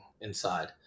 inside